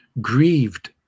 grieved